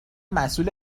مسئول